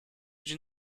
you